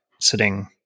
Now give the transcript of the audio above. sitting